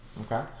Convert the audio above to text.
okay